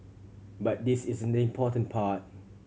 but this isn't the important part